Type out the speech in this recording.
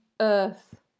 earth